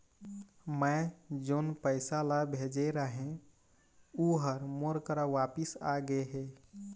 मै जोन पैसा ला भेजे रहें, ऊ हर मोर करा वापिस आ गे हे